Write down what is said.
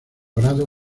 grado